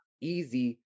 easy